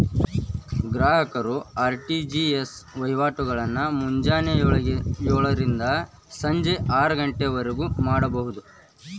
ಗ್ರಾಹಕರು ಆರ್.ಟಿ.ಜಿ.ಎಸ್ ವಹಿವಾಟಗಳನ್ನ ಮುಂಜಾನೆ ಯೋಳರಿಂದ ಸಂಜಿ ಆರಗಂಟಿವರ್ಗು ಮಾಡಬೋದು